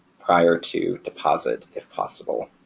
prior to deposit, if possible.